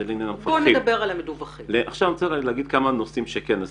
אני רוצה לדבר על דברים שכן עשינו.